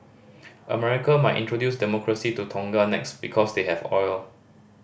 America might introduce Democracy to Tonga next because they have oil